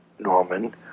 Norman